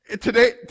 Today